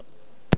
נכון.